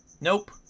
Nope